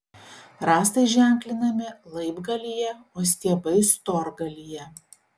rąstai ženklinami laibgalyje o stiebai storgalyje